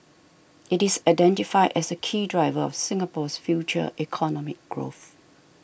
it is identified as a key driver of Singapore's future economic growth